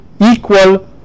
equal